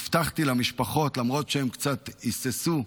הבטחתי למשפחות, למרות שהן קצת היססו,